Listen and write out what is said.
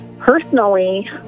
personally